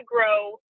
grow